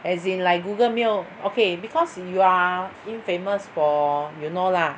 as in like Google 没有 okay because you are infamous for you know lah